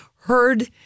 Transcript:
heard